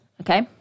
okay